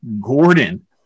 Gordon